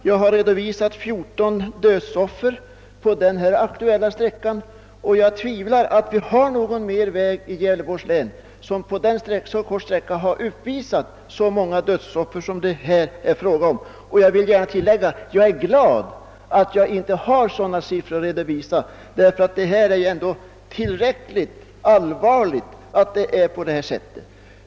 Jag har redovisat 14 dödsoffer på den aktuella vägsträckan, och jag betvivlar att det i Gävleborgs län finns någon mer väg som på så kort tid och sträcka uppvisar lika många dödsoffer. Jag vill gärna tillägga att jag är mycket glad över att jag inte har fler sådana siffror att redovisa. De siffror jag redan anfört är ju alldeles tillräckligt allvarliga.